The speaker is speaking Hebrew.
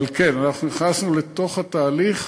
אבל כן, אנחנו נכנסנו לתוך התהליך,